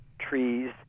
trees